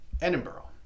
Edinburgh